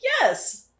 yes